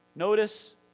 Notice